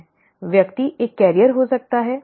व्यक्ति एक वाहक हो सकता है ठीक है